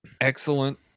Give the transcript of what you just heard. excellent